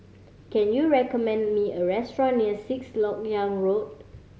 can you recommend me a restaurant near Sixth Lok Yang Road